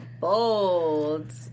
bold